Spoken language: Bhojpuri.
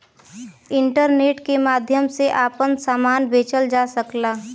इंटरनेट के माध्यम से आपन सामान बेचल जा सकला